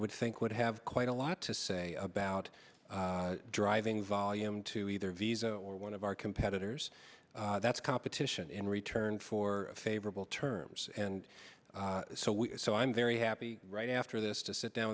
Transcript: would think would have quite a lot to say about driving volume to either visa or one of our competitors that's competition in return for favorable terms and so we so i'm very happy right after this to sit down